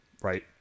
right